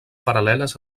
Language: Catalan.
paral·leles